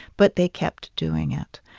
but they kept doing it.